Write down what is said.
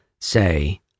say